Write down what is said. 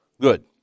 Good